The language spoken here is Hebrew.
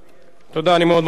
חבר הכנסת אריאל, בבקשה.